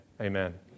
Amen